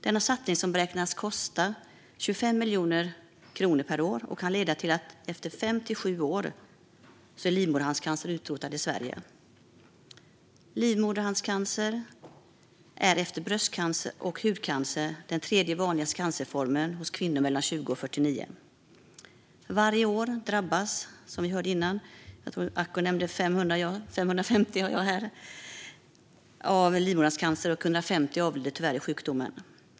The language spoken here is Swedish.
Denna satsning som beräknas kosta 25 miljoner kronor per år kan leda till att livmoderhalscancer är utrotad i Sverige efter fem till sju år. Livmoderhalscancer är efter bröstcancer och hudcancer den tredje vanligaste cancerformen hos kvinnor mellan 20 och 49. Varje år drabbas ungefär 550 kvinnor - Acko nämnde tidigare 500 - i Sverige av livmoderhalscancer, och 150 avlider varje år i sjukdomen.